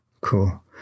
Cool